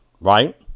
right